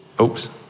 Oops